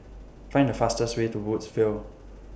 Find The fastest Way to Woodsville